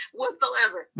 whatsoever